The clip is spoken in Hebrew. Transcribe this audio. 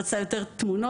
היא רצתה יותר תמונות.